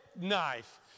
knife